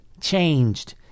changed